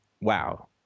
wow